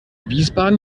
wiesbaden